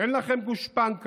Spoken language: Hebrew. אין לכם גושפנקה,